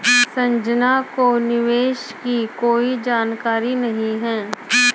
संजना को निवेश की कोई जानकारी नहीं है